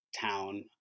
town